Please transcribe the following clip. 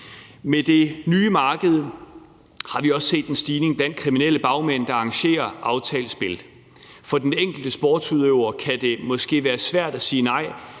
Med det nye marked har vi også set en stigning blandt kriminelle bagmænd, der arrangerer aftalt spil. For den enkelte sportsudøver kan det måske være svært at sige nej